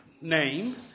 Name